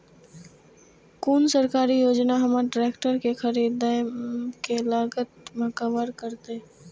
कोन सरकारी योजना हमर ट्रेकटर के खरीदय के लागत के कवर करतय?